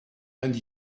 and